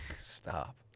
Stop